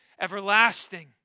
everlasting